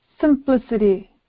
simplicity